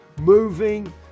moving